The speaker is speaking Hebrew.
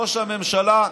ראש הממשלה,